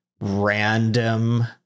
random